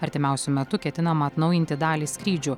artimiausiu metu ketinama atnaujinti dalį skrydžių